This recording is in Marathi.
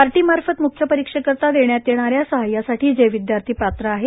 बार्टीमार्फत मुख्य परीक्षेकरिता देण्यात येणाऱ्या सहाय्यासाठी जे विद्यार्थी पात्र आहेत